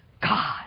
God